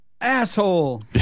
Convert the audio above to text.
asshole